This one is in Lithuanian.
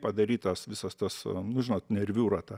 padarytos visos tos nu žinot nerviūra ta